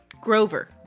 grover